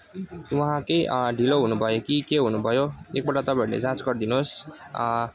उहाँ के ढिलो हुनुभयो कि के हुनुभयो एकपल्ट तपाईँहरूले जाँच गरिदिनुहोस्